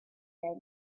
and